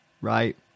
right